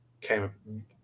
came